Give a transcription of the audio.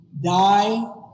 die